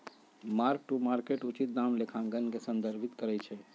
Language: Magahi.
मार्क टू मार्केट उचित दाम लेखांकन के संदर्भित करइ छै